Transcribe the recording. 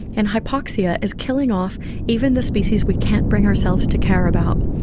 and hypoxia is killing off even the species we can't bring ourselves to care about.